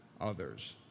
others